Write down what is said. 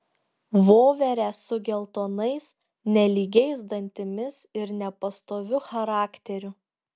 voverę su geltonais nelygiais dantimis ir nepastoviu charakteriu